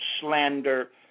slander